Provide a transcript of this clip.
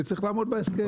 וצריך לעמוד בהסכם.